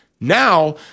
Now